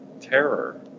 terror